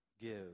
give